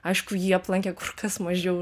aišku jį aplankė kur kas mažiau